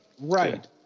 right